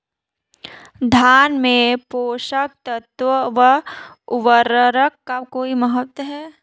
धान में पोषक तत्वों व उर्वरक का कोई महत्व है?